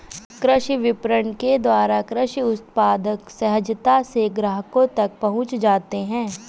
कृषि विपणन के द्वारा कृषि उत्पाद सहजता से ग्राहकों तक पहुंच जाते हैं